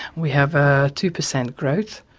we have ah two percent growth,